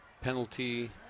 penalty